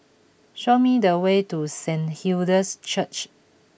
show me the way to Saint Hilda's Church